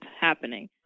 happening